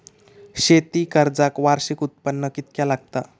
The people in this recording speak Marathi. शेती कर्जाक वार्षिक उत्पन्न कितक्या लागता?